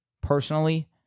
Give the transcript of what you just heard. personally